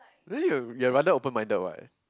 then you you are rather open minded what